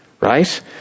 right